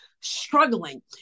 struggling